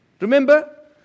Remember